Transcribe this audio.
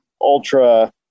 ultra